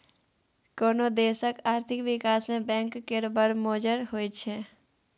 कोनो देशक आर्थिक बिकास मे बैंक केर बड़ मोजर होइ छै